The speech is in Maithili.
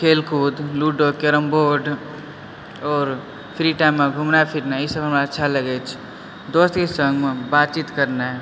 खेलकूद लूडो कैरमबोर्ड आओर फ्री टाइममे घुमनाइ फिरनाइ ईसभ हमरा अच्छा लगय छै दोस्तके सङ्गमे बातचीत करनाइ